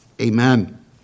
Amen